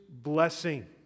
blessing